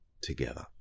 together